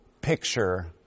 picture